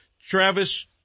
Travis